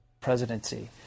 Presidency